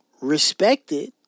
respected